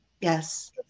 Yes